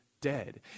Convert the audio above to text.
dead